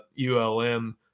ULM